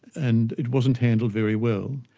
and it wasn't handled very well.